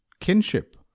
Kinship